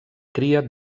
cria